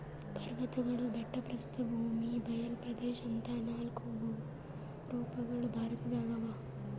ಪರ್ವತ್ಗಳು ಬೆಟ್ಟ ಪ್ರಸ್ಥಭೂಮಿ ಬಯಲ್ ಪ್ರದೇಶ್ ಅಂತಾ ನಾಲ್ಕ್ ಭೂರೂಪಗೊಳ್ ಭಾರತದಾಗ್ ಅವಾ